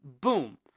boom